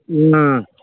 ꯎꯝ